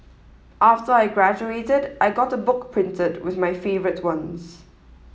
after I graduated I got a book printed with my favourite ones